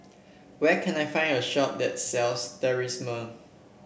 where can I find a shop that sells